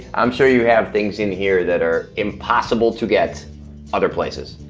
i'm sure you have things in here that are impossible to get other places.